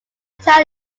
town